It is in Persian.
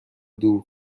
دور